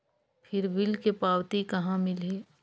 फिर बिल के पावती कहा मिलही?